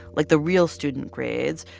like the real student grades,